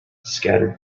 scattered